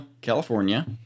California